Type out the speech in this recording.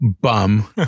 bum